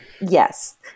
Yes